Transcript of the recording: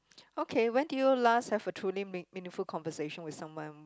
okay when did you last have a truly mea~ meaningful conversation with someone